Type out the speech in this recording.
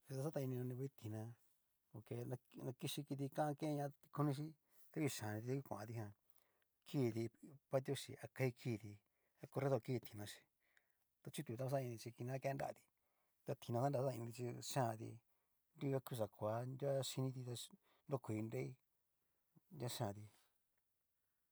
Yú ta xataini konrivai tina por que na kixhi kiti kan keña tikonichí, ta ngu ni chaniti ta ngu kuan kitijan, kiditi patio xhí a kai kiditi a coredor tinaxhi kidi ta chutu jan ta vaxatanini ti xhi kini va ken nrati, ta tina jan xanra xatan initi chí xianti, nruaku kxakoa nunguan xhiniti ta nrokoi nrei ña xhianti.